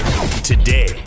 Today